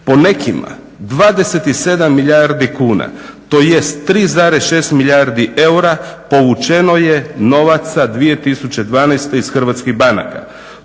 Po nekima 27 milijardi kuna tj. 3,6 milijardi eura povučena je novaca 2012. iz hrvatskih banaka.